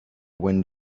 wind